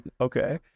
okay